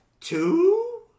two